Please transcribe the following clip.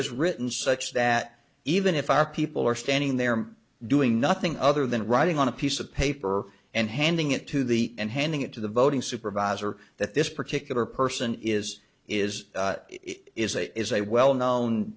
is written such that even if our people are standing there doing nothing other than writing on a piece of paper and handing it to the and handing it to the voting supervisor that this particular person is is is a is a well known